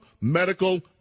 medical